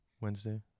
Wednesday